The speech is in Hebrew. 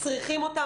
צריכים אותם.